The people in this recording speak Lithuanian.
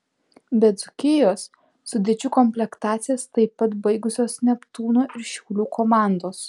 be dzūkijos sudėčių komplektacijas taip pat baigusios neptūno ir šiaulių komandos